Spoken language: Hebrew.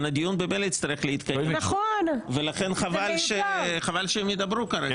הדיון ממילא יצטרך להתקיים שוב ולכן חבל שהם ידברו כרגע.